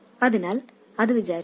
അതിനാൽ അത് വിചാരിച്ചു